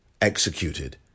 executed